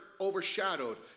overshadowed